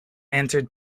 entered